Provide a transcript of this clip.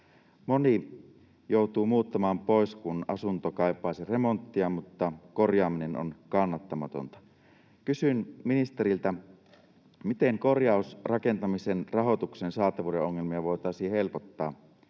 Moni joutuu muuttamaan pois, kun asunto kaipaisi remonttia, mutta korjaaminen on kannattamatonta. Kysyn ministeriltä: Miten korjausrakentamisen rahoituksen saatavuuden ongelmia voitaisiin helpottaa?